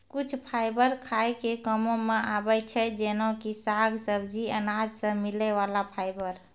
कुछ फाइबर खाय के कामों मॅ आबै छै जेना कि साग, सब्जी, अनाज सॅ मिलै वाला फाइबर